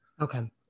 Okay